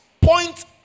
point